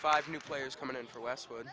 five new players coming in for westwood